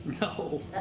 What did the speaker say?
No